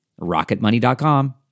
rocketmoney.com